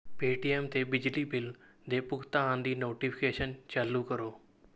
Paytm 'ਤੇ ਬਿਜਲੀ bill ਦੇ ਭੁਗਤਾਨ ਦੀ ਨੋਟੀਫਿਕੇਸ਼ਨ ਚਾਲੂ ਕਰੋ